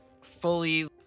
fully